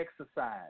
exercise